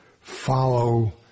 follow